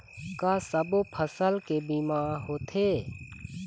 का सब्बो फसल के बीमा होथे?